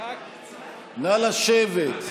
נא לשבת.